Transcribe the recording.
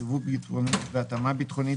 סיווג ביטחוני והתאמה ביטחונית,